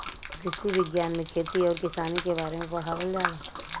कृषि विज्ञान में खेती आउर किसानी के बारे में पढ़ावल जाला